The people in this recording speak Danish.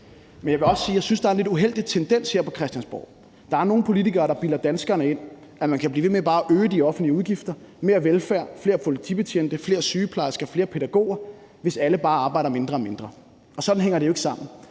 at jeg synes, der er en lidt uheldig tendens her på Christiansborg; der er nogle politikere, der bilder danskerne ind, at man kan blive ved med bare at øge de offentlige udgifter – mere velfærd, flere politibetjente, flere sygeplejersker, flere pædagoger – hvis alle bare arbejder mindre og mindre. Sådan hænger det jo ikke sammen,